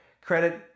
credit